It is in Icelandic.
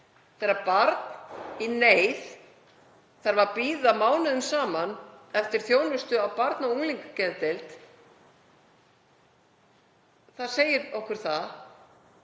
Þegar barn í neyð þarf að bíða mánuðum saman eftir þjónustu á barna- og unglingageðdeild, þá segir það okkur að